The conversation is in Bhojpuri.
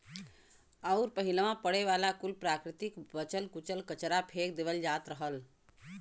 अउर पहिलवा पड़े वाला कुल प्राकृतिक बचल कुचल कचरा फेक देवल जात रहल